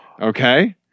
okay